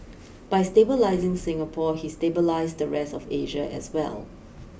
by stabilising Singapore he stabilised the rest of Asia as well